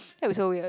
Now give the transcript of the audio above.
that was so weird